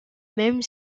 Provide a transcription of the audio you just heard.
même